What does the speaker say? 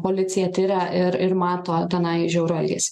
policija tiria ir ir mato tenai žiaurų elgesį